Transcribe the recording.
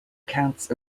accounts